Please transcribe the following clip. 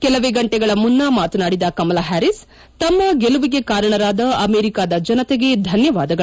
ಕೆಲವೇ ಗಂಟೆಗಳ ಮುನ್ನ ಮಾತನಾಡಿದ ಕಮಲಾ ಹ್ವಾರೀಸ್ ತಮ್ಮ ಗೆಲುವಿಗೆ ಕಾರಣದ ಅಮೆರಿಕದ ಜನತೆಗೆ ಧನ್ಯವಾದಗಳು